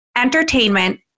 entertainment